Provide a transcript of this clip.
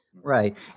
Right